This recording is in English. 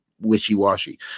wishy-washy